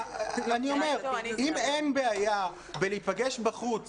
אני אומר, אם אין בעיה בלהיפגש בחוץ